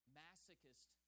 masochist